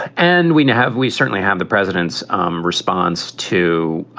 and we now have we certainly have the president's um response to,